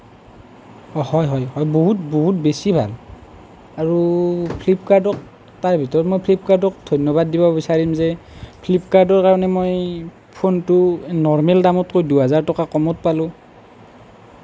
হয় হয় হয় বহুত বহুত বেছি ভাল আৰু ফ্লিপকাৰ্টত তাৰ ভিতৰত মই ফ্লিপকাৰ্টক ধন্যবাদ দিব বিচাৰিম যে ফ্লিপকাৰ্টৰ কাৰণে মই ফোনটো নৰ্মেল দামতকৈ দুহেজাৰ টকা কমত পালোঁ